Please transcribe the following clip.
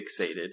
fixated